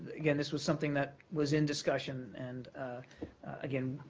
again, this was something that was in discussion. and again,